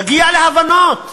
נגיע להבנות.